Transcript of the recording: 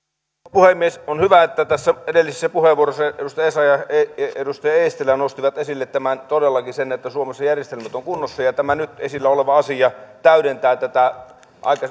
puhemies on hyvä että edellisissä puheenvuoroissa edustaja essayah ja edustaja eestilä nostivat esille todellakin sen että suomessa järjestelyt ovat kunnossa ja ja tämä nyt esillä oleva asia täydentää tätä